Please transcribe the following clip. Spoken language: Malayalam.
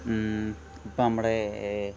ഇപ്പം നമ്മുടെ